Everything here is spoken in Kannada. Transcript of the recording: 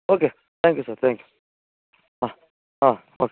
okay thank you sir thank you ಹಾಂ ಹಾಂ ಓಕೆ